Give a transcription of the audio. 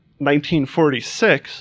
1946